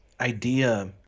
idea